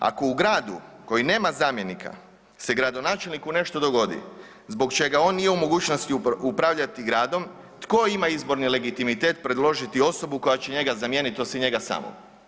Ako u gradu koji nema zamjenika se gradonačelniku nešto dogodi zbog čega on nije u mogućnosti upravljati gradom, tko ima izborni legitimitet predložiti osobu koja će njega zamijeniti osim njega samog?